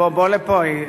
בוא לפה,